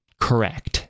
correct